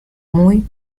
muy